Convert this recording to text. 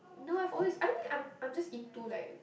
no I've always I don't think I'm I'm just into like